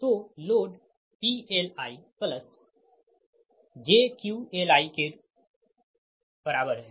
तो लोड PLijQLiके बराबर है